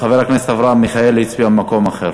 חבר הכנסת אברהם מיכאלי הצביע במקום אחר,